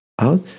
out